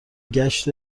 گشت